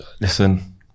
Listen